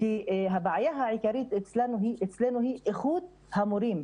הבעיה העיקרית אצלנו היא איכות המורים.